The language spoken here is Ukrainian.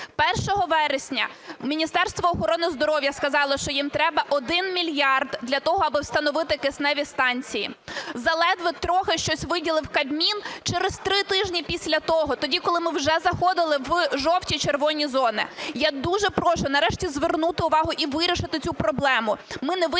вересня Міністерство охорони здоров'я сказало, що їм треба 1 мільярд для того, аби встановити кисневі станції. Заледве трохи щось виділив Кабмін через три тижні після того, тоді, коли ми вже заходили в жовті і червоні зони. Я дуже прошу нарешті звернути увагу і вирішити цю проблему.